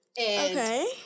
Okay